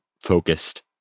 focused